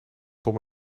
tom